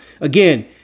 again